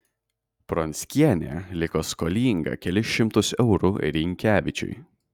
pronckienė liko skolinga kelis šimtus eurų rynkevičiui